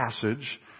passage